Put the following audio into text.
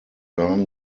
earn